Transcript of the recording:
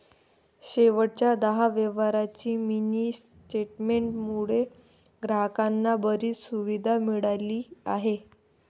शेवटच्या दहा व्यवहारांच्या मिनी स्टेटमेंट मुळे ग्राहकांना बरीच सुविधा मिळाली आहे